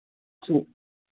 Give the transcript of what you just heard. ठीक